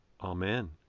Amen